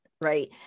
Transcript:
Right